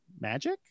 magic